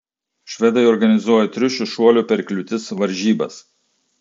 švedai organizuoja triušių šuolių per kliūtis varžybas